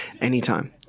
anytime